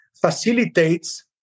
facilitates